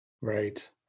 Right